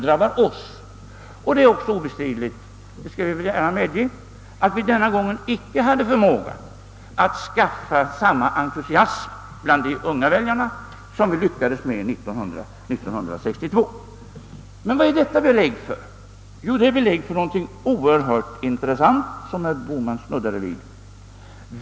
Det är också obestridligt att vi denna gång inte hade förmågan att skapa samma entusiasm bland de unga väljarna som vi lyckades med 1962. Vad är då detta ett belägg för? Jo det är belägg för något mycket intressant, vilket herr Bohman också snuddade vid.